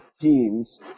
teams